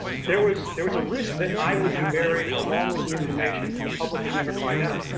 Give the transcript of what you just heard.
there was there was a risk that i would be buried along with the information and the public would never find out.